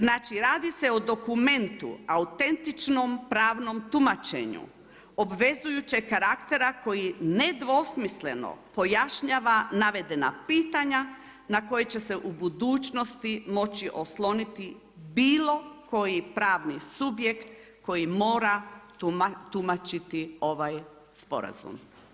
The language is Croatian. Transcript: Znači, radi se o dokumentu autentičnom pravnom tumačenju obvezujućeg karaktera koji nedvosmisleno pojašnjava navedena pitanja na koje će se u budućnosti moći osloniti bilo koji pravni subjekt koji mora tumačiti ovaj sporazum.